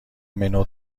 منو